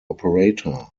operator